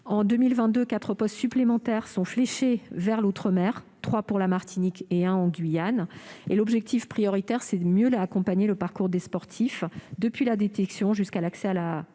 En 2022, quatre postes supplémentaires sont fléchés vers l'outre-mer : trois pour la Martinique, un en Guyane. L'objectif prioritaire est de mieux accompagner le parcours des sportifs, depuis la détection jusqu'à l'accès à la